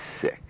sick